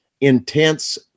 intense